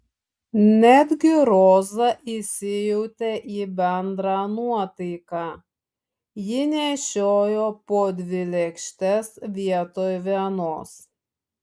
netgi roza įsijautė į bendrą nuotaiką ji nešiojo po dvi lėkštes vietoj vienos